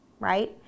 Right